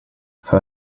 her